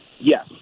Yes